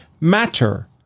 matter